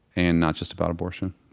and not just about abortion